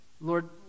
Lord